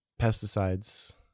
pesticides